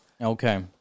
okay